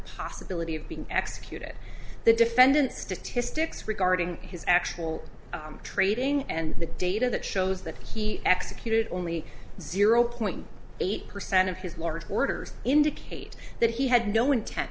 possibility of being executed the defendant statistics regarding his actual trading and the data that shows that he executed only zero point eight percent of his large orders indicate that he had no intent